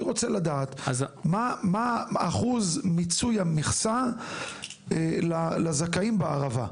אני רוצה לדעת מה אחוז מיצוי המכסה לזכאים בערבה.